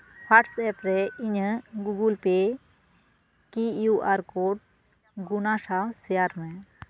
WhatsApp ᱨᱮ ᱤᱧᱟᱹᱜ Google Pay Q R code ᱜᱩᱱᱟ ᱥᱟᱶ ᱥᱮᱭᱟᱨ ᱢᱮ